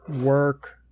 work